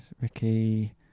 Ricky